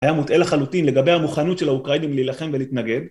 היה מוטעה לחלוטין לגבי המוכנות של האוקראינים להלחם ולהתנגד